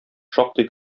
шактый